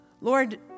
Lord